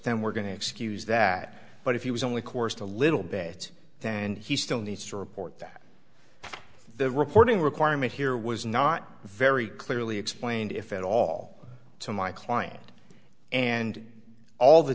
then we're going to excuse that but if he was only course a little bit and he still needs to report that the reporting requirement here was not very clearly explained if at all to my client and all the